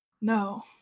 No